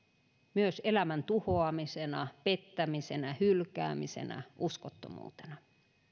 myös elämän tuhoamisena pettämisenä hylkäämisenä uskottomuutena